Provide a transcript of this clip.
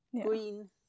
green